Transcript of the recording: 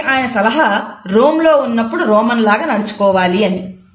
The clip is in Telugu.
కాబట్టి ఆయన సలహా రోమ్ లో లాగా నడుచుకోవాలి అని